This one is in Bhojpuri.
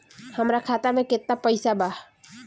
हमरा खाता में केतना पइसा बा?